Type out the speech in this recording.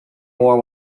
more